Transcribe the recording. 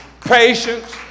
patience